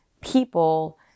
people